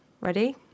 Ready